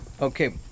Okay